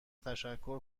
تشکر